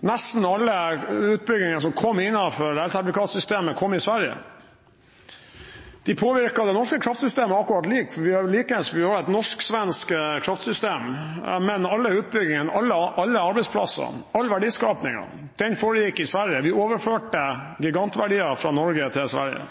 Nesten alle utbygginger som kom innenfor elsertifikatsystemet, kom i Sverige. De påvirket det norske kraftsystemet akkurat likt, vi har jo et norsk-svensk kraftsystem. Men alle utbyggingene, alle arbeidsplassene og all verdiskapning foregikk i Sverige. Vi overførte gigantverdier fra Norge til Sverige.